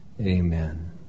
Amen